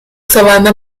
savanna